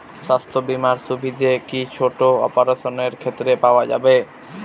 স্বাস্থ্য বীমার সুবিধে কি ছোট অপারেশনের ক্ষেত্রে পাওয়া যাবে?